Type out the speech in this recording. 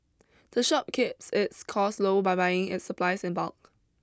the shop keeps its costs low by buying its supplies in bulk